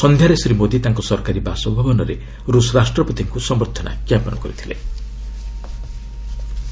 ସନ୍ଧ୍ୟାରେ ଶ୍ରୀ ମୋଦି ତାଙ୍କ ସରକାରୀ ବାସଭବନରେ ରୁଷ୍ ରାଷ୍ଟ୍ରପତିଙ୍କୁ ସମ୍ଭର୍ଦ୍ଧନା ଜ୍ଞାପନ କରିବେ